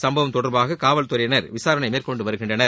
சம்பவம் தொடர்பாக காவல்துறையினர் விசாரணை மேற்கொண்டு வருகின்றனர்